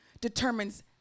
determines